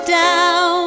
down